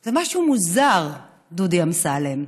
זה משהו מוזר, דודי אמסלם,